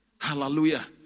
Hallelujah